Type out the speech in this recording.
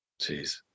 Jeez